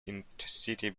intercity